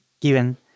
given